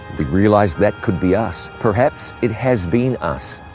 we realize that could be us perhaps it has been us.